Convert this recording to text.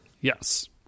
Yes